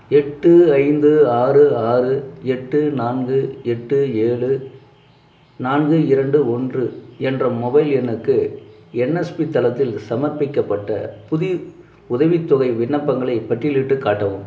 எட்டு ஐந்து ஆறு ஆறு எட்டு நான்கு எட்டு ஏழு நான்கு இரண்டு ஒன்று என்ற மொபைல் எண்ணுக்கு என்எஸ்பி தளத்தில் சமர்ப்பிக்கப்பட்ட புது உதவித்தொகை விண்ணப்பங்களைப் பட்டியலிட்டுக் காட்டவும்